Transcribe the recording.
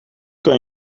kan